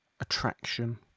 attraction